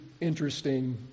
interesting